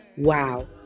Wow